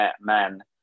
men